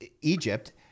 Egypt